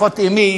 אחות אמי,